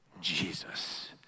Jesus